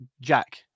Jack